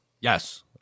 Yes